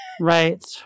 Right